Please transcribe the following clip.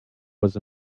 was